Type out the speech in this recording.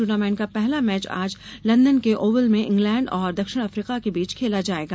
tournament का पहला match आज लंदन के ओवल में इंग्लैंड और दक्षिण अफ्रीका के बीच खेला जाएगा